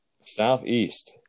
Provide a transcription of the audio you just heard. Southeast